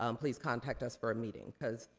um please contact us for a meeting. because